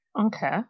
okay